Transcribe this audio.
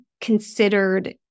considered